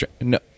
No